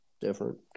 different